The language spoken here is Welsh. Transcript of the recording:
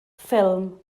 ffilm